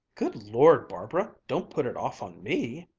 good lord, barbara, don't put it off on me!